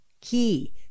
Key